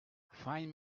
find